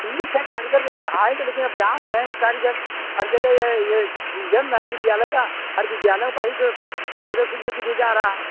ठीक हैं कारीगर लोग बढ़ाएँगे लेकिन अब जान रहे हैं कि कारीगर हर जगह ये ये सीजन है विद्यालय का हर विद्यालयों का ही ड्रेस हर जगह सिलने के लिए जा रहा है